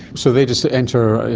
so they just enter,